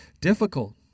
difficult